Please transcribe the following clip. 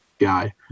guy